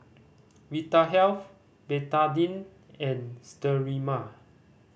Vitahealth Betadine and Sterimar